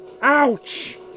Ouch